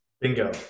Bingo